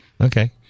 okay